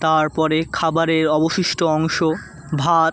তার পরে খাবারের অবশিষ্ট অংশ ভাত